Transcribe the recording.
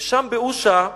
ושם, באושא,